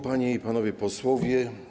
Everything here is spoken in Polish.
Panie i Panowie Posłowie!